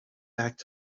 back